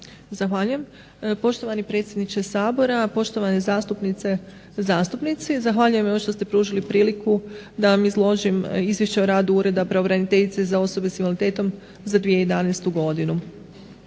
Zahvaljujem. Poštovani predsjedniče Sabora, poštovane zastupnice i zastupnici zahvaljujem vam što ste pružili priliku da vam izložim Izvješće o radu Ureda pravobraniteljice za osobe s invaliditetom za 2011. godinu.